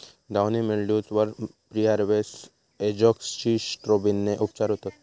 downy mildews वर preharvest एजोक्सिस्ट्रोबिनने उपचार होतत